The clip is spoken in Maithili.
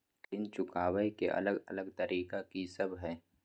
ऋण चुकाबय के अलग अलग तरीका की सब हय?